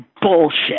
bullshit